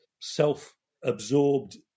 self-absorbed